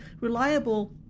reliable